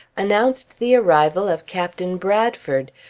announced the arrival of captain bradford,